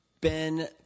Ben